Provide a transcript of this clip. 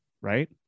right